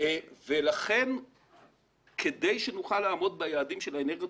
לכן כדי שנוכל לעמוד ביעדים של האנרגיות